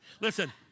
Listen